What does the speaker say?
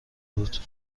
بود